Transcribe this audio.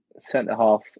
centre-half